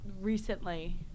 Recently